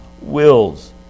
wills